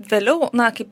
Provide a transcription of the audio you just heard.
vėliau na kaip